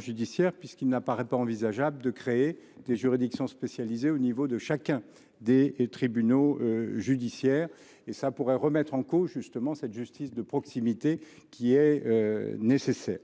judiciaire, puisqu’il n’apparaît pas envisageable de créer des juridictions spécialisées au niveau de chaque tribunal judiciaire. Cela pourrait remettre en cause, précisément, la justice de proximité, qui est nécessaire.